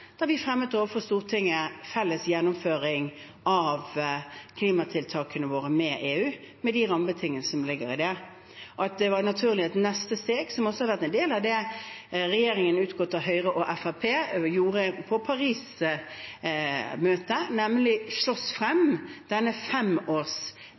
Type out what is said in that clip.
da vi fremmet overfor Stortinget felles gjennomføring av klimatiltakene våre med EU, med de rammebetingelser som ligger i det. Og det var et naturlig neste steg, som også har vært en del av det regjeringen utgått av Høyre og Fremskrittspartiet gjorde på Paris-møtet, å slåss frem